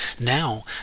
Now